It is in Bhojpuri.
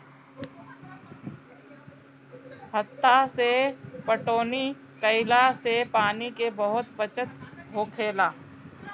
हत्था से पटौनी कईला से पानी के बहुत बचत होखेला